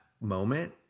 moment